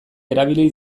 erabil